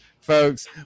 folks